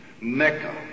Mecca